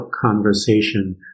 conversation